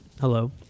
Hello